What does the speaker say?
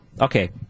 okay